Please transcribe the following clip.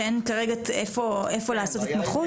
שאין כרגע איפה לעשות התמחות?